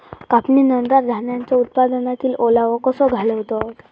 कापणीनंतर धान्यांचो उत्पादनातील ओलावो कसो घालवतत?